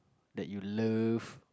that you love